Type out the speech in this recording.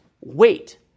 wait